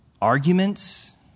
arguments